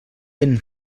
vent